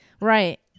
Right